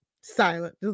silent